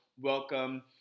welcome